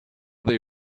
they